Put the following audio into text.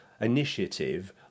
initiative